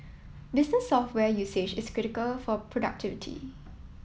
business software usage is critical for productivity